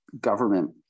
government